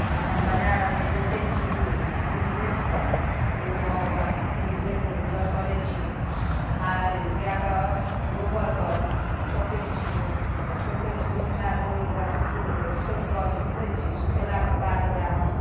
हम बजारमे बेचय छी दूध दूध बेचकऽ ओइसँ हम अपन दूध बेचकऽ गुजर करै छी माल अथी गैआके गोबरकऽ ठोकै छी तऽ ठोकै छी गोइठा ठोकै छी ओकरा सूखबै ठोकिकऽ सूखबै छी सूखेलाके बाद ओकरा हम